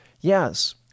yes